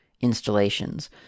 installations